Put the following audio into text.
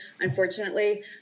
unfortunately